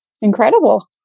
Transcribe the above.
incredible